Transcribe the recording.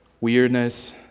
weirdness